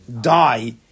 die